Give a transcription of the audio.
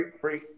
free